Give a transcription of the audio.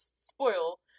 spoil